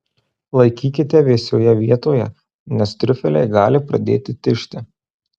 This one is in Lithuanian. laikykite vėsioje vietoje nes triufeliai gali pradėti tižti